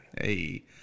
Hey